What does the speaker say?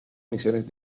misiones